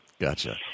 Gotcha